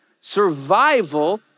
survival